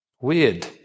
Weird